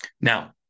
Now